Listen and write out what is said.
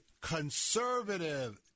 conservative